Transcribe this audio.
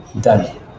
done